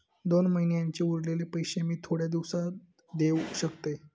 दोन महिन्यांचे उरलेले पैशे मी थोड्या दिवसा देव शकतय?